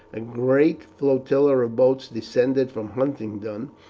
a great flotilla of boats descended from huntingdon,